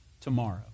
tomorrow